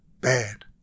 bad